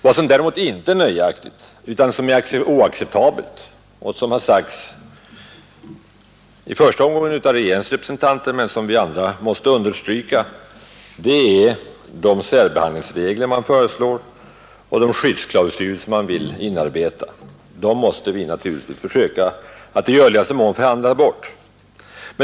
Vad som däremot inte är nöjaktigt utan oacceptabelt — det har sagts i första omgången av regeringens representanter men måste understrykas av oss andra — är de särbehandlingsregler som man föreslår och de skyddsklausuler som man vill inarbeta. Dem måste vi naturligtvis försöka att i görligaste mån förhandla bort.